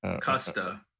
Costa